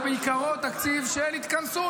הוא בעיקרו תקציב של התכנסות,